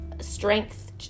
strength